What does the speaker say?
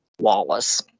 Wallace